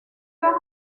tard